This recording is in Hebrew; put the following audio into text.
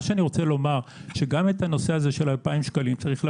אני רוצה לומר שצריך לדון גם על הנושא הזה של 2,000 שקלים.